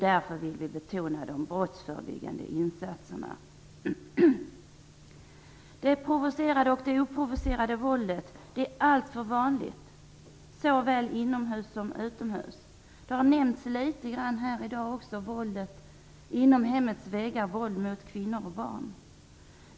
Därför vill vi betona de brottsförebyggande insatserna. Det provocerade och det oprovocerade våldet är alltför vanligt såväl inomhus som utomhus. Våldet inom hemmets väggar, våld mot kvinnor och barn, har nämnts litet grand här i dag.